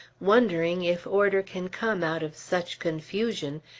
wondering if order can come out of such confusion,